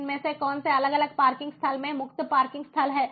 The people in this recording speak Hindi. इनमें से कौन से अलग अलग पार्किंग स्थल में मुफ्त पार्किंग स्थल हैं